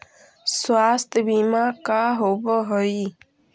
स्वास्थ्य बीमा का होव हइ?